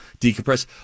decompress